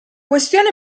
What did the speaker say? questione